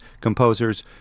composers